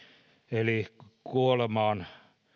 eli kuolemaan